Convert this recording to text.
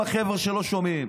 עם החבר'ה שלא שומעים,